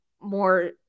more